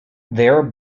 their